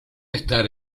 estar